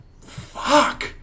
fuck